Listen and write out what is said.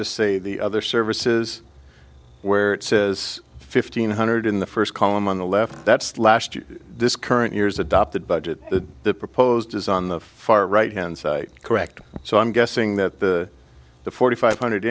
just say the other services where it says fifteen hundred in the first column on the left that's last year this current year's adopted budget the proposed is on the far right hand site correct so i'm guessing that the the forty five hundred